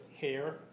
hair